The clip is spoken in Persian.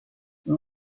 این